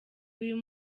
uyu